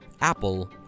apple